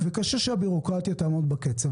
וקשה שהבירוקרטיה תעמוד בקצב.